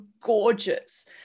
gorgeous